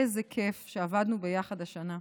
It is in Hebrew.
איזה כיף שעבדנו ביחד השנה.